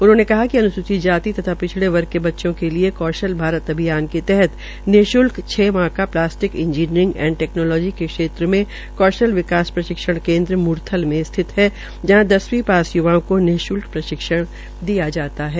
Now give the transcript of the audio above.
उन्होंने बतायाकि अन्सूचित जाति तथा पिछड़े वर्ग के बच्चों के लिये कौशल भारत अभियान के तहत निश्ल्क छ माह का प्लास्टिक इंजीनियरिंग एंड टैकनौलजी के क्षेत्र में कौशल विकास प्रशिक्षण केन्द्र मुरथल में स्थित है जहां दसवीं पास य्वाओं को निश्ल्क प्रशिक्षण दिया जाता है